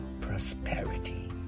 prosperity